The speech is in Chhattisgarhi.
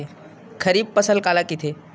खरीफ फसल काला कहिथे?